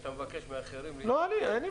כשאתה מבקש מאחרים --- לא אני.